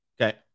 Okay